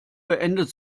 beendet